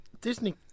Disney